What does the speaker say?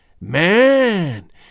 Man